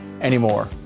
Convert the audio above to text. anymore